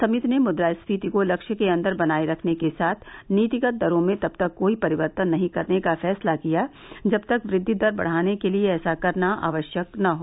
समिति ने मुद्रास्फ्रीति को लक्ष्य के अन्दर बनाए रखने के साथ नीतिगत दरों में तब तक कोई परिवर्तन नहीं करने का फैसला किया जब तक वृद्धि दर बढ़ार्न के लिए ऐसा करना आवश्यक न हो